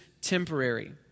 temporary